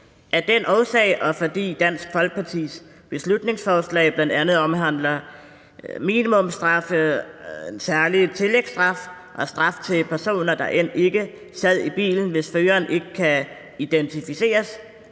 Af den årsag, og fordi Dansk Folkepartis beslutningsforslag bl.a. omhandler minimumsstraffe, en særlig tillægsstraf og straf til personer, der end ikke sad i bilen, hvis føreren ikke kan identificeres,